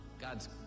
God's